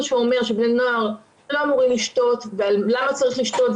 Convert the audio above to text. שאומר שבני נוער לא אמורים לשתות ולמה צריך לשתות,